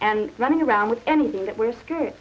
and running around with anything that we're scared